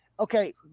Okay